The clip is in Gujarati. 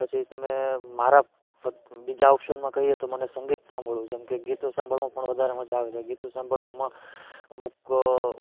પછી તમે મારા બીજા ઓપ્શનમાં કહીએ તો મને સંગીત સાંભળવું જેમકે ગીતો સાંભળવા પણ વધારે મજા આવે છે ગીતો સાંભળવામાં અમુક